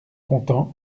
contents